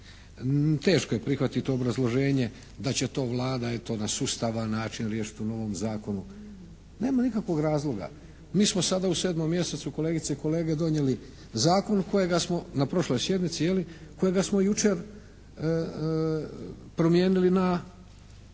teško je prihvatiti obrazloženje da će to Vlada eto na sustavan način riješiti u novom zakonu. Nema nikakvog razloga. Mi smo sada u sedmom mjesecu kolegice i kolege donijeli zakon kojega smo na prošloj sjednici je